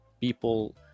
people